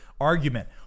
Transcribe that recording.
argument